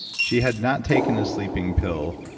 she had not taken a sleeping pill,